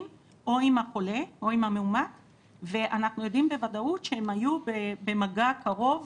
או עם החולה או עם המאומת ואנחנו יודעים בוודאות שהם היו במגע קרוב,